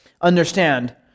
understand